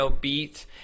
beat